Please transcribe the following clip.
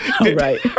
Right